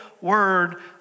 word